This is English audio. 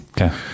Okay